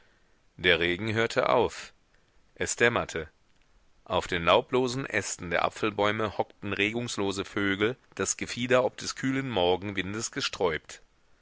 der regen hörte auf es dämmerte auf den laublosen ästen der apfelbäume hockten regungslose vögel das gefieder ob des kühlen morgenwindes gesträubt